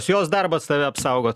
jos darbas tave apsaugot